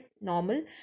normal